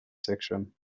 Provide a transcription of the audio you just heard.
section